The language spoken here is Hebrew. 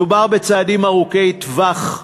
מדובר בצעדים ארוכי טווח,